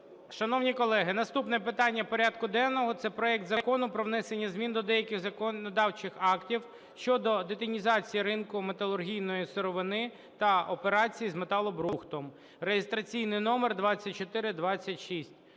Шановні колеги, наступне питання порядку денного – це проект Закону про внесення змін до деяких законодавчих актів (щодо детінізації ринку металургійної сировини та операцій з металобрухтом) (реєстраційний номер 2426).